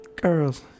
Girls